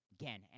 again